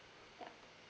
ya